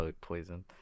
poison